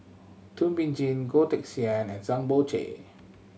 Thum Ping Tjin Goh Teck Sian and Zhang Bohe